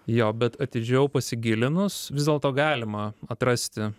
jo bet atidžiau pasigilinus vis dėlto galima atrasti